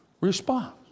response